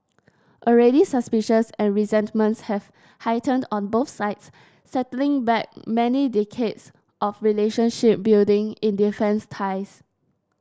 already suspicions and resentments have heightened on both sides setting back many decades of relationship building in defence ties